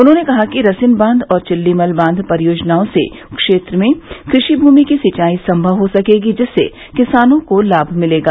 उन्होंने कहा कि रसिन बांध और चिल्लीमल बांध परियोजनाओं से क्षेत्र में कृषि भूमि की सिंचाई सम्मव हो सकेगी जिससे किसानों को लाम मिलेगा